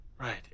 Right